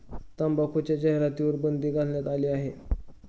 तंबाखूच्या जाहिरातींवर बंदी घालण्यात आली आहे